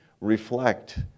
reflect